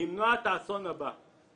למנוע את האסון הבא.